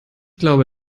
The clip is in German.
glaube